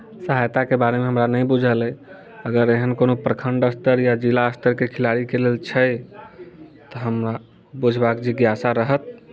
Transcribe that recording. सहायताके बारेमे हमरा नहि बुझल अइ अगर एहन कोनो प्रखण्ड स्तर या जिला स्तरके खेलाड़ीके लेल छै तऽ हमरा बुझबाक जिज्ञासा रहत